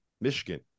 Michigan